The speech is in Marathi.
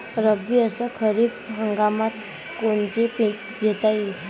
रब्बी अस खरीप हंगामात कोनचे पिकं घेता येईन?